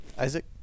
Isaac